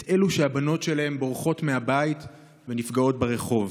את אלו שהבנות שלהם בורחות מהבית ונפגעות ברחוב,